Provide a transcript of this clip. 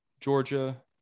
Georgia